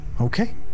Okay